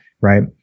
right